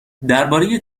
درباره